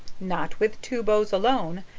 not with two bows alone,